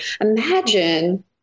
imagine